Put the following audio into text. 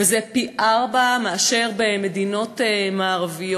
וזה פי-ארבעה מאשר במדינות מערביות.